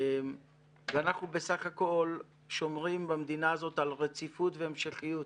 ואנחנו בסך הכול שומרים במדינה הזאת על רציפות והמשכיות.